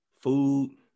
food